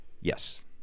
Yes